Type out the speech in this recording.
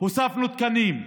הוספנו תקנים,